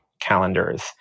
calendars